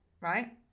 right